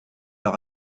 leur